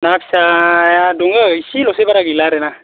ना फिसाया दङो इसेल'सै बारा गैया आरो ना